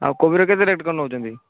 ଆଉ କୋବିର କେତେ ରେଟ କ'ଣ ନେଉଛନ୍ତି